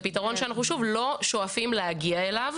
זה פתרון שאנחנו לא שואפים להגיע אליו,